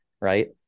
Right